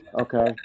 Okay